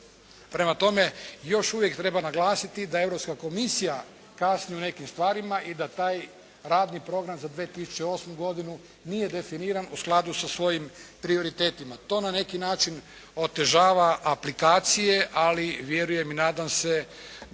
Prema tome, još uvijek treba naglasiti da Europska komisija kasni u nekim stvarima i da taj radni program za 2008. godinu nije definiran u skladu sa svojim prioritetima. To na neki način otežava aplikacije, ali vjerujem i nadam se da